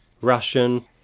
Russian